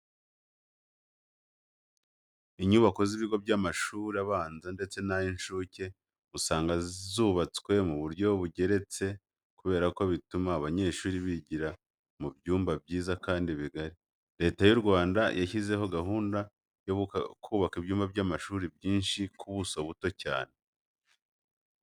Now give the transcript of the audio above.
Inyubako z'ibigo by'amashuri abanza ndetse n'ay'incuke usanga ziba zubatswe mu buryo bugeretse kubera ko bituma abanyeshuri bigira mu byumba byiza kandi bigari. Leta y'u Rwanda yashyizeho gahunda yo kubaka ibyumba by'amashuri byinshi ku buso buto cyane.